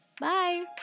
Bye